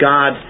God